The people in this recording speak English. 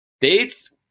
Dates